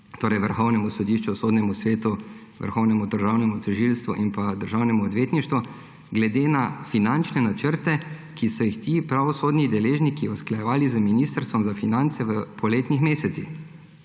torej Vrhovnemu sodišču, Sodnemu svetu, Vrhovnemu državnemu tožilstvu in Državnemu odvetništvu glede na finančne načrte, ki so jih ti pravosodni deležniki usklajevali z Ministrstvom za finance v poletnih mesecih.